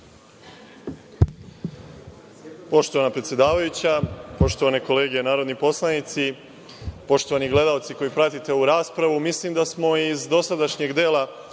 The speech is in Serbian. Poštovana predsedavajuća, poštovane kolege narodni poslanici, poštovani gledaoci koji pratite ovu raspravu, mislim da smo iz dosadašnjeg dela rasprave